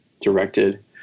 directed